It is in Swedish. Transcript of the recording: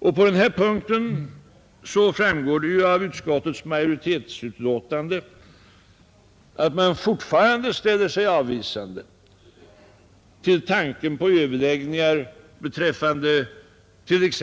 Och det framgår ju av utskottsmajoritetens utlåtande att det fortfarande ställer sig avvisande till tanken på överläggningar beträffande t.ex.